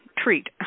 treat